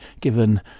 given